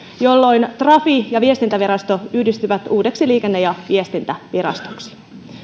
jolloin trafi ja viestintävirasto yhdistyvät uudeksi liikenne ja viestintävirastoksi